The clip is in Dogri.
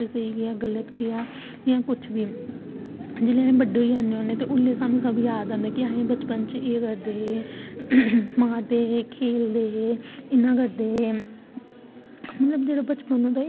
जो कुछ बी ऐ तो जिसले अस बाहर जाइयै खेलने होन्ने आं में इक बार रियासी गेई उद्धर खेली फिर अस उद्धर खेले फिर अस उद्धर बड़ा इनॅजाए कीता फिर जिसलै इनॅजाए कीता उसलै अस